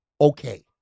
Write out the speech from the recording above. okay